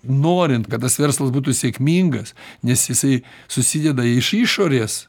norint kad tas verslas būtų sėkmingas nes jisai susideda iš išorės